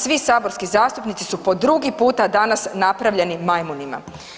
Svi saborski zastupnici su po drugi puta danas napravljeni majmunima.